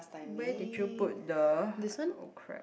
where did you put the oh crap